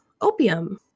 opium